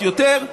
יותר,